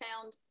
sound